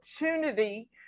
opportunity